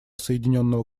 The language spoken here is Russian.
соединенного